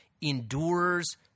endures